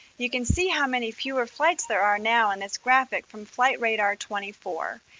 you can see how many fewer flights there are now in this graphic from flight radar twenty four.